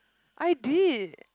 I did